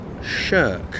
Shirk